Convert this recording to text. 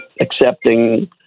accepting